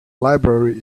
library